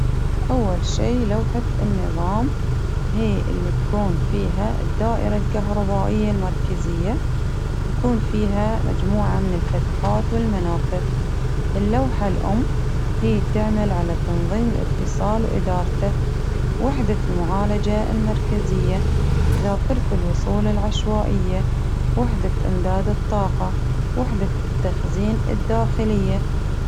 أول شي لوحة النظام هي اللي تكون فيها الدائرة الكهربائية المركزية، بكون فيها مجموعة من الفتحات والمنافذ، اللوحة الأم هي بتعمل على تنظيم الإتصال وإدارته، وحدة المعالجة المركزية، ذاكرةالوصول العشوائية، وحدة إمداد الطاقة، وحدة التخزين الداخلية.